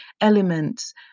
elements